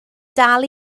dal